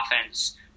offense